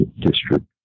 district